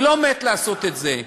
אני לא מת לעשות את זה.